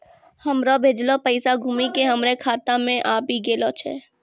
हमरो भेजलो पैसा घुमि के हमरे खाता मे आबि गेलो छै